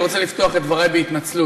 אני רוצה לפתוח את דברי בהתנצלות.